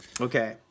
okay